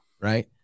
right